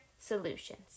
solutions